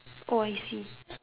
oh I see